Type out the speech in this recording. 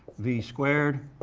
v squared